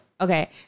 okay